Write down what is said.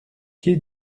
quai